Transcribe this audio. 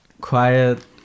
quiet